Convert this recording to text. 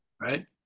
Right